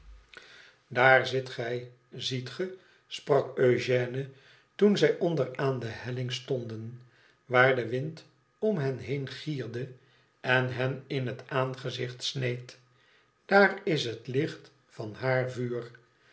daar zit zij ziet ge sprak eugène toen zij onder aan de helling stonden waar de wind om hen heen gierde en hen in het aangezicht sneed idaar is het licht van haar vuur